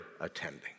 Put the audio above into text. attending